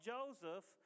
Joseph